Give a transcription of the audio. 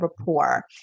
rapport